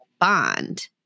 bond